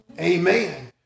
Amen